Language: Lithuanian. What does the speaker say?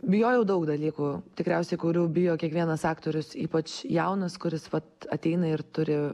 bijojau daug dalykų tikriausiai kurių bijo kiekvienas aktorius ypač jaunas kuris vat ateina ir turi